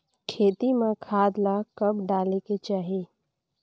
खेती म खाद ला कब डालेक चाही?